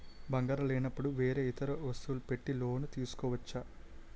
బంగారం లేనపుడు వేరే ఇతర వస్తువులు పెట్టి లోన్ తీసుకోవచ్చా?